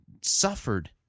suffered